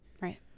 Right